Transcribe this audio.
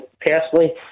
personally